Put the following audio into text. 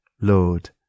Lord